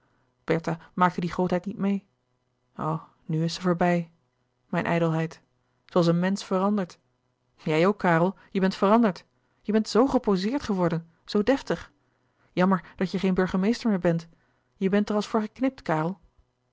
bertha maakte die grootheid niet meê o nu is ze voorbij mijn ijdelheid zooals een mensch verandert jij ook karel je bent veranderd je bent zoo gepozeerd geworden zoo deftig jammer dat je geen burgemeester meer bent je bent er als voor geknipt karel